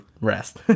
rest